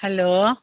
hello